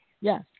Yes